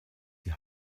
die